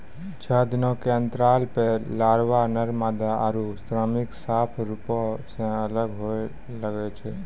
छः दिनो के अंतराल पे लारवा, नर मादा आरु श्रमिक साफ रुपो से अलग होए लगै छै